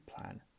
plan